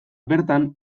bertan